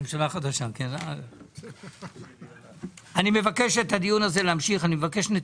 אני מבקש להמשיך את הדיון הזה.